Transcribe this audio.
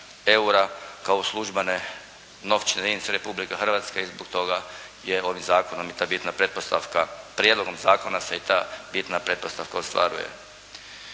kao službene novčane jedinice Republike Hrvatske i zbog toga je ovim zakonom i ta bitna pretpostavka, prijedlogom zakona se i ta bitna pretpostavka ostvaruje.